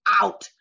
out